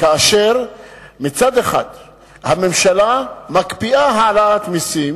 כאשר מצד אחד הממשלה מקפיאה העלאת מסים,